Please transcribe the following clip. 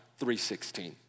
3.16